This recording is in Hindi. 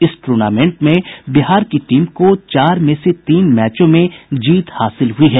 इस टूर्नामेंट में बिहार की टीम को चार में तीन मैचों में जीत हासिल हुई है